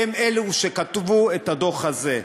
הם אלה שכתבו את הדוח הזה,